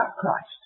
Christ